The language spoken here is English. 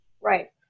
Right